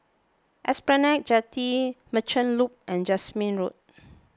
Esplanade Jetty Merchant Loop and Jasmine Road